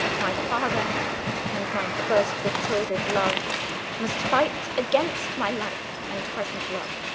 my father and my first-betrothed love must fight against my life and present love